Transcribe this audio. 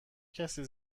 کسی